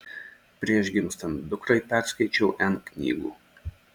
prieš gimstant dukrai perskaičiau n knygų